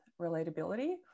relatability